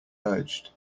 urged